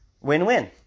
win-win